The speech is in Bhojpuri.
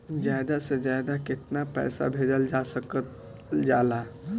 ज्यादा से ज्यादा केताना पैसा भेजल जा सकल जाला?